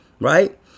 Right